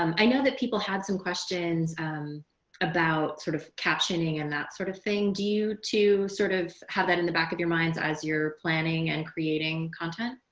um i know that people had some questions about sort of captioning and that sort of thing did you two sort of have that in the back of your minds as you're planning and creating content.